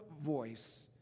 voice